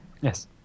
Yes